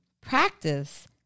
practice